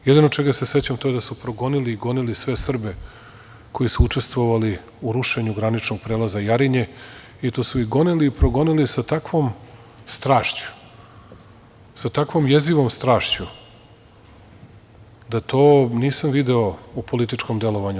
Jedino čega se sećam to je da su progonili sve Srbe koji su učestvovali u rušenju graničnog prelaza Jarinje i to su ih gonili i progonili sa takvom strašću, sa takvom jezivom strašću, da to nisam video u političkom delovanju.